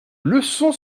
leçon